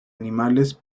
animales